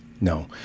No